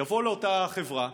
יבואו לאותה החברה.